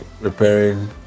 repairing